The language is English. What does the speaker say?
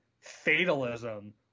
fatalism